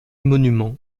monument